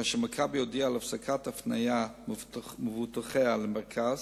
כאשר "מכבי" הודיעה על הפסקת ההפניה של מבוטחיה למרכז,